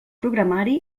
programari